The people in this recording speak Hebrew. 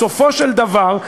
בסופו של דבר,